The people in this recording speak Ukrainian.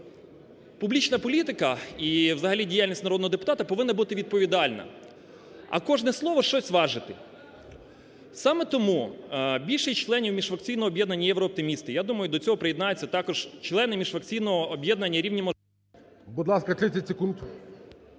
публічна політика і взагалі діяльність народного депутата повинна бути відповідальна, а кожне слово щось важити. Саме тому більшість членів міжфракційного об'єднання "Єврооптимісти", я думаю, до цього приєднаються також члени міжфракційного об'єднання… ГОЛОВУЮЧИЙ. Будь ласка, 30 секунд.